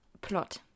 plot